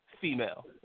female